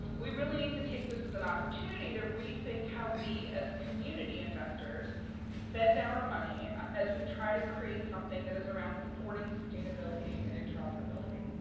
we really need to take this as an opportunity to rethink how we as community investors spend our money as we try to create something that is around supporting sustainability and interoperability.